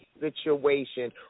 situation